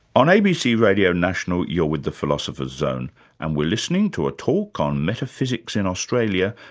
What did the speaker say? on abc radio national, you're with the philosopher's zone and we're listening to a talk on metaphysics in australia,